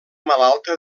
malalta